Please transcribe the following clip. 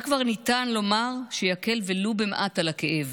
מה כבר ניתן לומר שיקל ולו במעט את הכאב?